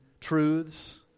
truths